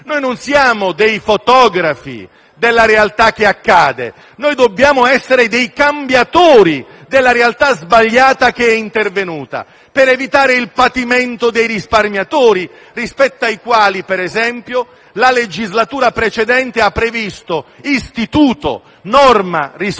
Noi non siamo dei fotografi della realtà che accade. Noi dobbiamo essere dei cambiatori della realtà sbagliata che è intervenuta, per evitare il patimento dei risparmiatori, rispetto ai quali, per esempio, la legislatura precedente ha previsto il circuito